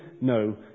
no